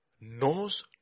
knows